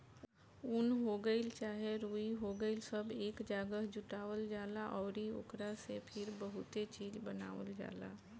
उन हो गइल चाहे रुई हो गइल सब एक जागह जुटावल जाला अउरी ओकरा से फिर बहुते चीज़ बनावल जाला